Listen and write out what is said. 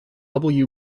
paul